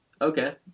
Okay